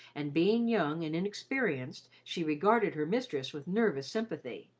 and being young and inexperienced, she regarded her mistress with nervous sympathy.